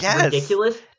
ridiculous